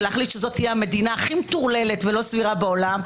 ולהחליט שזו תהיה המדינה הכי מטורללת ולא סבירה בעולם,